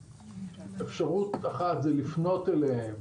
אפשרות אחת זה לפנות אליהם